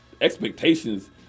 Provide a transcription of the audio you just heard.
expectations